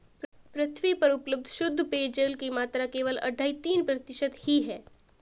पृथ्वी पर उपलब्ध शुद्ध पेजयल की मात्रा केवल अढ़ाई तीन प्रतिशत ही है